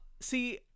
See